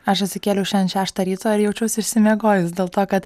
aš atsikėliau šiandien šeštą ryto ir jaučiausi išsimiegojus dėl to kad